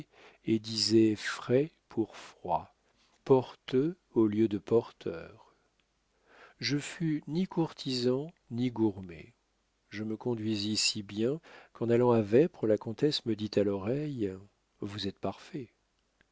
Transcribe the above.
et disait frait pour froid porteux au lieu de porteurs je ne fus ni courtisan ni gourmé je me conduisis si bien qu'en allant à vêpres la comtesse me dit à l'oreille vous êtes parfait